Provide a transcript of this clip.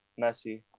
messi